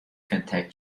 contact